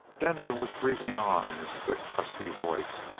denver was breezing on in his quick, husky voice,